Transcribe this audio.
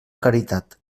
caritat